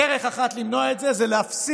דרך אחת למנוע את זה היא להפסיק,